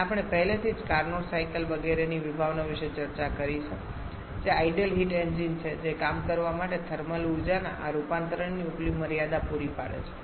અને આપણે પહેલેથી જ કાર્નોટ સાયકલ વગેરેની વિભાવના વિશે ચર્ચા કરી છે જે આઇડલ હીટ એન્જિન છે જે કામ કરવા માટે થર્મલ ઊર્જાના આ રૂપાંતરણની ઉપલી મર્યાદા પૂરી પાડે છે